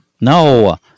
No